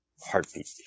heartbeat